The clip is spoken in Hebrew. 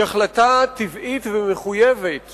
היא החלטה טבעית ומחויבת